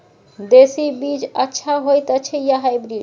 देसी बीज अच्छा होयत अछि या हाइब्रिड?